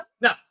No